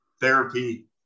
therapy